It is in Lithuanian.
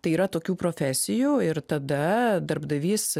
tai yra tokių profesijų ir tada darbdavys